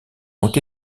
ont